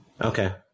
Okay